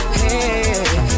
hey